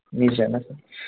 नैरोजा ना सार